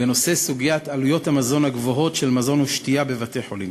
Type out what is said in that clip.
בנושא סוגיית עלויות המזון הגבוהות של מזון ושתייה בבתי-חולים,